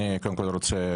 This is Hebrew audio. קודם כול אני רוצה